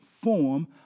form